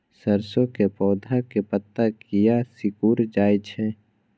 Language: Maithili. सरसों के पौधा के पत्ता किया सिकुड़ जाय छे?